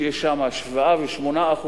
שיש שם 7% ו-8%,